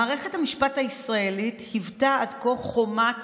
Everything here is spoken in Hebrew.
"מערכת המשפט הישראלית היוותה עד כה חומת